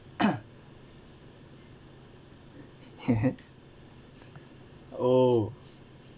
perhaps oh